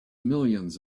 millions